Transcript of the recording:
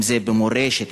אם במורשת,